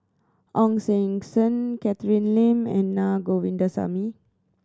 Ong Sing Sen Catherine Lim and Naa Govindasamy